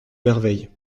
merveille